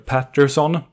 Patterson